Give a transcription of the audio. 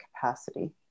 capacity